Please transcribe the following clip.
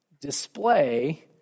display